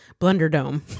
Blunderdome